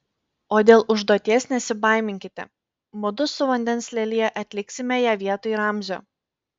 o dėl užduoties nesibaiminkite mudu su vandens lelija atliksime ją vietoj ramzio